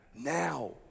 Now